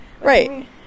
Right